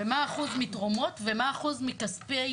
מה האחוז מתרומות ומה האחוז מכספי